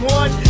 one